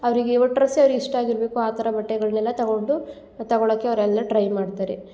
ಅವರಿಗೆ ಒಟ್ರಾಸಿ ಅವ್ರಿಗೆ ಇಷ್ಟ ಆಗಿರಬೇಕು ಆ ಥರ ಬಟ್ಟೆಗಳ್ನೆಲ್ಲ ತಗೊಂಡು ತಗೊಳಕೆ ಅವರೆಲ್ಲ ಟ್ರೈ ಮಾಡ್ತಾರೆ